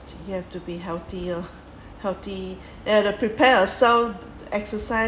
you have to healthy loh healthy you have prepare yourself to exercise